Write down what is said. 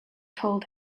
told